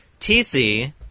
TC –